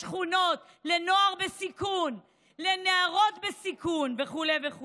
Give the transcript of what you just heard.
לשכונות, לנוער בסיכון, לנערות בסיכון וכו' וכו',